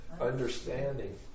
understanding